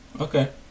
okay